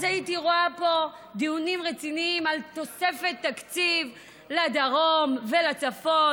הייתי רואה פה דיונים רציניים על תוספת תקציב לדרום ולצפון,